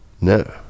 no